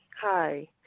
hi